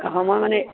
সময় মানে